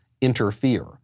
interfere